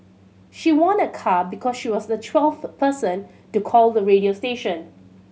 she won a car because she was the twelfth person to call the radio station